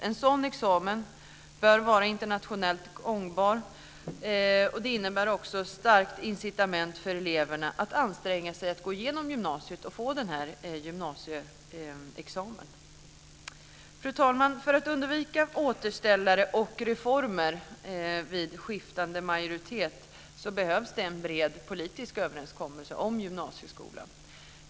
En sådan examen bör vara internationellt gångbar. Det skulle vara ett starkt incitament för eleverna att anstränga sig att gå igenom gymnasiet och få en gymnasieexamen. Fru talman! För att undvika återställare och reformer vid skiftande majoritet behövs det en bred politisk överenskommelse om gymnasieskolan.